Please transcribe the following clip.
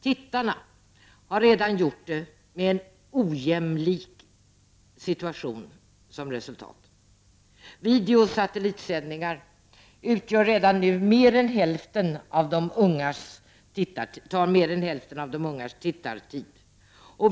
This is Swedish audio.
Tittarna har redan gjort det, med en ojämlik situation som resultat. Video och satellitsändningar upptar redan nu mer än hälften av de ungas tittartid.